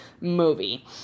movie